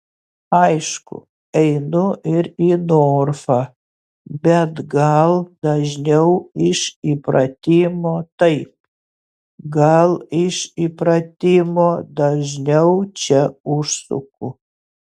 aišku einu ir į norfą bet gal dažniau iš įpratimo taip gal iš įpratimo dažniau čia užsuku